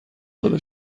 داده